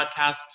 podcast